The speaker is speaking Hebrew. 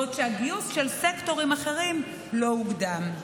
בעוד הגיוס של סקטורים אחרים לא הוקדם.